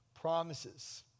promises